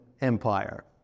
Empire